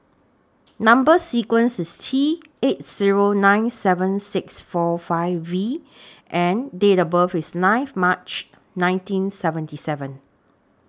Number sequence IS T eight Zero nine seven six four five V and Date of birth IS ninth March nineteen seventy seven